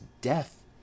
death